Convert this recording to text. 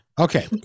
okay